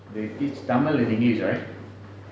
they teach tamil in english right